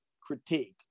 critique